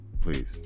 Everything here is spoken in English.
please